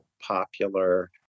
popular